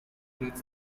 dreads